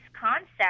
concept